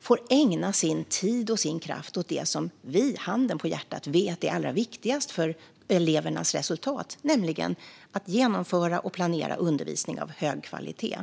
får ägna sin tid och sin kraft åt det som vi - handen på hjärtat - vet är allra viktigast för elevernas resultat, nämligen att genomföra och planera undervisning av hög kvalitet.